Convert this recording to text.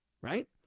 Right